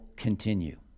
continue